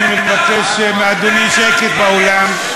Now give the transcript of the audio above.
אני מבקש מאדוני שקט באולם.